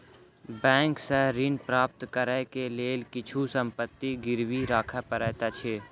bank सॅ ऋण प्राप्त करै के लेल किछु संपत्ति गिरवी राख पड़ैत अछि